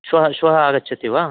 श्वः श्वः आगच्छति वा